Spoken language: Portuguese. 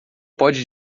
pode